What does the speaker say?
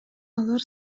алар